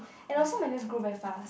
and also my nails grow very fast